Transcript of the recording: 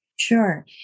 Sure